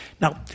Now